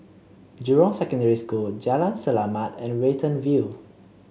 Jurong Secondary School Jalan Selamat and Watten View